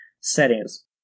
settings